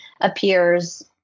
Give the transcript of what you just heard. appears